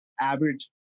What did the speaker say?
average